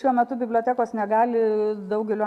šiuo metu bibliotekos negali daugelio